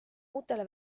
uutele